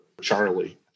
Charlie